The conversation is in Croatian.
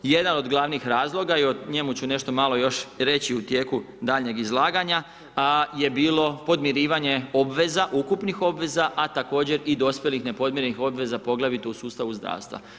Jedna od glavnih razloga, i o njemu ću nešto malo još reći u tijeku daljnjih izlaganja, je bilo podmirivanje obveza, ukupnih obveza, a također i dospjelih nepodmirenih obveza, poglavito u sustavu zdravstva.